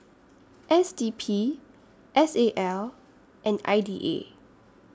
S D P S A L and I D A